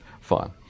fun